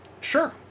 Sure